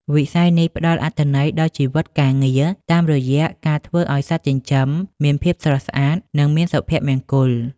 វិស័យនេះផ្តល់អត្ថន័យដល់ជីវិតការងារ តាមរយៈការធ្វើឱ្យសត្វចិញ្ចឹមមានភាពស្រស់ស្អាត និងមានសុភមង្គល។